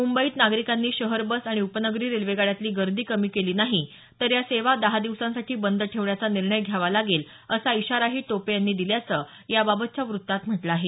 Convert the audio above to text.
मुंबईत नागरिकांनी शहर बस आणि उपनगरी रेल्वेगाड्यांतली गर्दी कमी केली नाही तर या सेवा दहा दिवसांसाठी बंद ठेवण्याचा निर्णय घ्यावा लागेल असा इशाराही टोपे यांनी दिल्याचं याबाबतच्या वृत्तात म्हटलं आहे